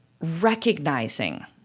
recognizing